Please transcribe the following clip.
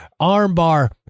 armbar